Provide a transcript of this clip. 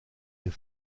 des